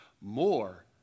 more